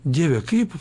dieve kaip